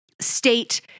state